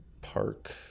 park